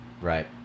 Right